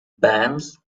bands